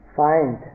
find